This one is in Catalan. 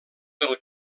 del